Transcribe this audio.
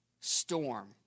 storm